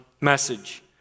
message